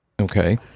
Okay